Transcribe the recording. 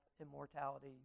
immortality